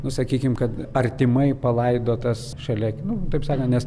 nu sakykim kad artimai palaidotas šalia nu taip sakant nes